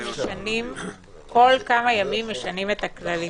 שיכולות להיות.